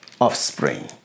offspring